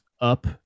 up